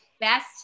best